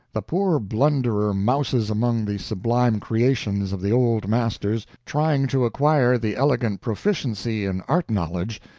the poor blunderer mouses among the sublime creations of the old masters, trying to acquire the elegant proficiency in art-knowledge,